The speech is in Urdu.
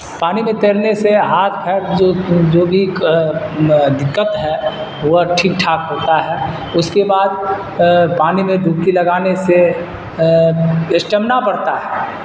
پانی میں تیرنے سے ہاتھ پیر جو جو بھی دقت ہے وہ ٹھیک ٹھاک ہوتا ہے اس کے بعد پانی میں ڈبکی لگانے سے اسٹیمنا بڑھتا ہے